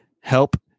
help